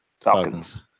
Falcons